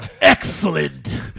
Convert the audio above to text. Excellent